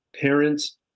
Parents